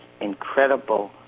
incredible